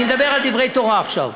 אני מדבר דברי תורה עכשיו.